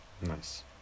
Nice